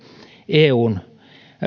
eun